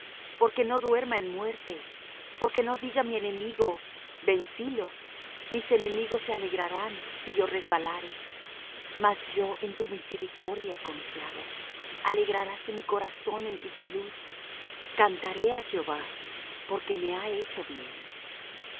porque no duerma en muerte porque no diga mi enemigo vencílo mis enemigos se alegrarán si yo resbalare mas yo en tu misericordia he confiado alegraráse mi corazón en tu salud cantaré á jehová porque me ha hecho bien